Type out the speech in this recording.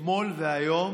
אתמול והיום